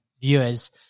viewers